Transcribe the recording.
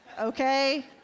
Okay